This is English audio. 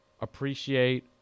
appreciate